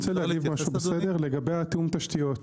לגבי תיאום תשתיות,